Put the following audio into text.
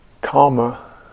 karma